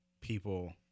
people